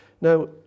Now